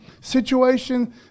situation